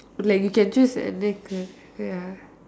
like you can choose any career ya